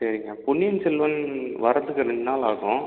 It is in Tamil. சரிங்க பொன்னியின் செல்வன் வரதுக்கு ரெண்டு நாள் ஆகும்